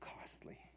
costly